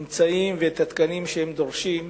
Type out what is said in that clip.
גם אם ניתן למשטרה את האמצעים ואת התקנים שהם דורשים,